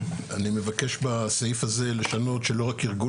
אני מבקש לשנות בסעיף הזה שלא רק ארגון